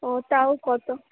ও তাও কত